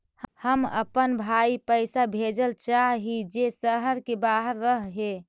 हम अपन भाई पैसा भेजल चाह हीं जे शहर के बाहर रह हे